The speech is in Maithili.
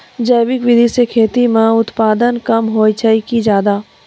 जैविक विधि से खेती म उत्पादन कम होय छै कि ज्यादा?